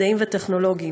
מדעיים וטכנולוגיים,